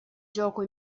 gioco